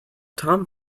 tom